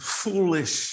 foolish